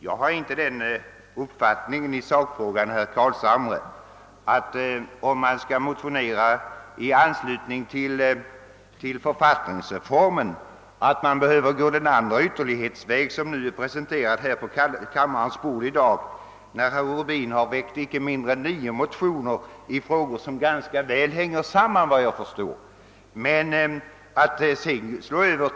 Jag har inte den uppfattningen att man, när man skall motionera i anslutning till propositionen om en författningsreform, behöver gå den :andra ytterlighetsvägen och liksom herr Ru Åtgärder för att fördjupa och stärka det svenska folkstyret bin väcka inte mindre än nio olika motioner i frågor som, såvitt jag förstår, hänger rätt väl samman.